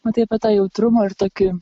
matai tą jautrumą ir tokį